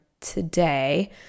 today